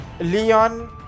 Leon